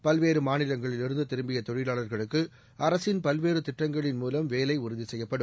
பல்வேறு மாநிலங்களில் இருந்து திரும்பிய தொழிவாளர்களுக்கு அரசின் பல்வேறு திட்டங்களின் மூலம் வேலை உறுதி செய்யப்படும்